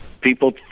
People